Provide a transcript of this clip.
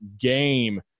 game